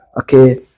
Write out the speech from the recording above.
Okay